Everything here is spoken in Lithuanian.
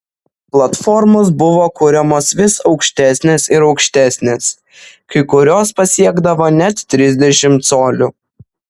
platformos buvo kuriamos vis aukštesnės ir aukštesnės kai kurios pasiekdavo net trisdešimt colių